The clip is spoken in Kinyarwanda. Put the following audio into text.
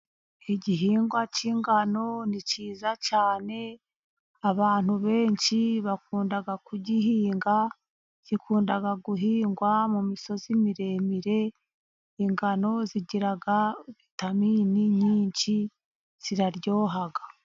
Igihingwa cy'ingano ni cyiza cyane. Abantu benshi bakunda kugihinga, gikunda guhingwa mu misozi miremire. Ingano zigira vitamini nyinshi ziraryoha.